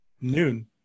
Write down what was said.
noon